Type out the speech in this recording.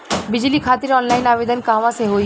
बिजली खातिर ऑनलाइन आवेदन कहवा से होयी?